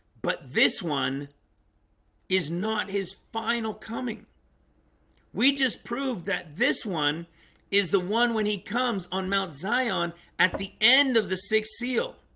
but this one is not his final coming we just proved that this one is the one when he comes on mount zion at the end of the sixth seal